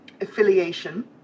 affiliation